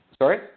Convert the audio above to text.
Sorry